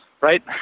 right